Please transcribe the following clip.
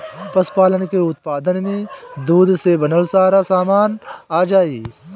पशुपालन के उत्पाद में दूध से बनल सारा सामान आ जाई